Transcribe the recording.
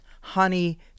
honey